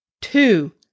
Two